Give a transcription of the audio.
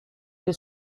für